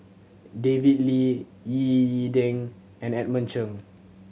David Lee Ying E Ding and Edmund Cheng